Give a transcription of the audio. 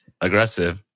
Aggressive